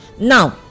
Now